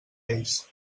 ells